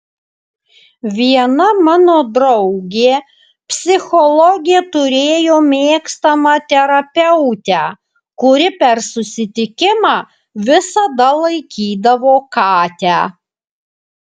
viena mano draugė psichologė turėjo mėgstamą terapeutę kuri per susitikimą visada laikydavo katę